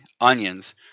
onions